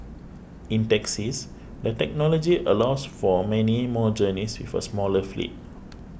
in taxis the technology allows for many more journeys with a smaller fleet